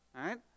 right